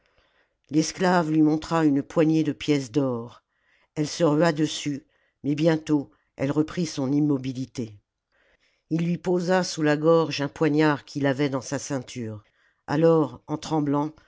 l'esclave lui montra une poignée de pièces d'or elle se rua dessus mais bientôt elle reprit son immobilité ii lui posa sous la gorge un poignard qu'il avait dans sa ceinture alors en tremblant